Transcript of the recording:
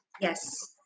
Yes